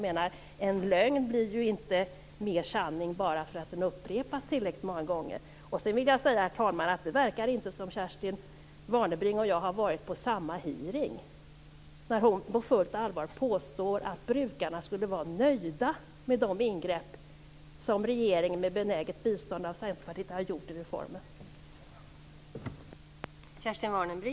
En lögn blir ju inte till sanning bara för att den upprepas tillräckligt många gånger. Sedan, herr talman, vill jag säga att det inte verkar som om Kerstin Warnerbring och jag har varit på samma hearing när hon på fullt allvar påstår att brukarna skulle vara nöjda med de ingrepp som regeringen med benäget bistånd av Centerpartiet har gjort i reformen.